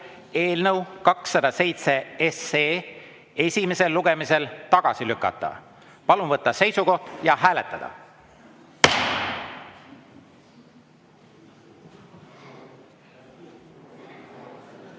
eelnõu 207 esimesel lugemisel tagasi lükata. Palun võtta seisukoht ja hääletada!